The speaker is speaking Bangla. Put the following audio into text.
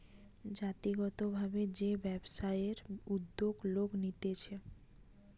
জাতিগত ভাবে যে ব্যবসায়ের উদ্যোগ লোক নিতেছে